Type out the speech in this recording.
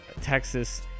Texas